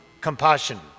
compassion